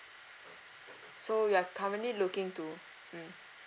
so you are currently looking to mm